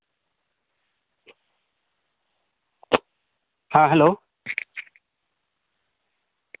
ᱦᱮᱸ ᱦᱮᱞᱳ